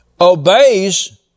obeys